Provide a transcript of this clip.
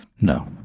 No